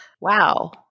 Wow